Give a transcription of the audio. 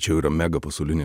čia jau yra mega pasaulinė